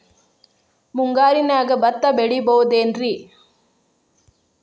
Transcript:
ಮುಂಗಾರಿನ್ಯಾಗ ಭತ್ತ ಬೆಳಿಬೊದೇನ್ರೇ?